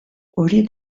hori